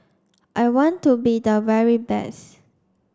I want to be the very best